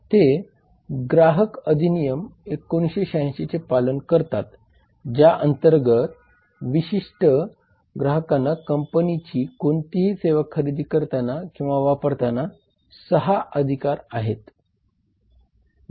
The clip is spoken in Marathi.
ते ग्राहक संरक्षण अधिनियम 1986 चे पालन करतात ज्या अंतर्गत ग्राहकांना विशिष्ट कंपनीची कोणतीही सेवा खरेदी करताना किंवा वापरताना 6 अधिकार आहेत